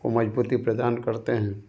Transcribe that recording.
को मज़बूती प्रदान करते हैं